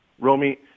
Romy